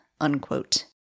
unquote